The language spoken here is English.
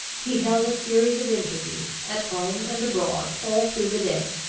he held a series of interviews, at home and abroad, all through the day.